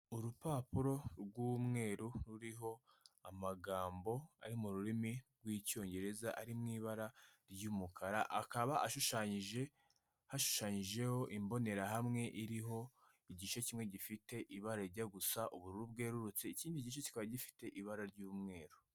Urupapuro rw'umweru ruriho amagambo ari mu rurimi rw'icyongereza, ari mu ibara ry'umukara, akaba ashushanyije hashushanyijeho imbonerahamwe iriho igice kimwe gifite ibara rijya gusa ubururu bwerurutse, ikindi gice kikaba gifite ibara ry'umweru.